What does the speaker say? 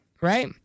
right